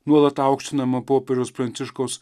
nuolat aukštinamą popiežiaus pranciškaus